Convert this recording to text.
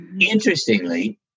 interestingly